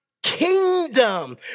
kingdom